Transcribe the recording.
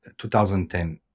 2010